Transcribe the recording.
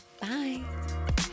Bye